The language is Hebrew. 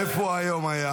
איפה הוא היה היום,